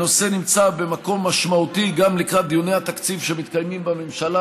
הנושא נמצא במקום משמעותי גם לקראת דיוני התקציב שמתקיימים בממשלה,